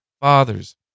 fathers